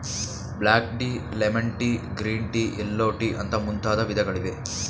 block tea, lemon tea, green tea, yellow tea ಅಂತ ಮುಂತಾದ ವಿಧಗಳಿವೆ